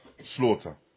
slaughter